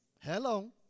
Hello